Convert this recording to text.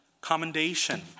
commendation